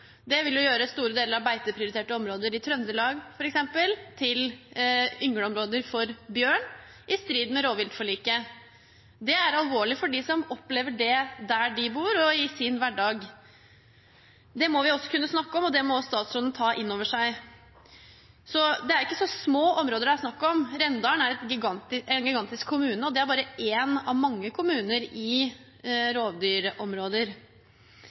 Det vil gjøre store deler av beiteprioriterte områder i Trøndelag, f.eks., til yngleområder for bjørn, i strid med rovviltforliket. Det er alvorlig for dem som opplever det der de bor og i sin hverdag. Det må vi også kunne snakke om, og det må statsråden ta inn over seg. Det er ikke så små områder det er snakk om. Rendalen er en gigantisk kommune, og det er bare en av mange kommuner i rovdyrområder.